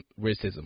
racism